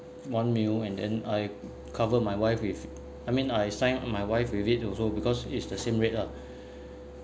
one mil~ and then I cover my wife with I mean I sign my wife with it also because it's the same rate lah